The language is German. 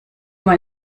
man